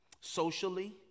Socially